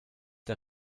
der